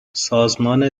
سازمان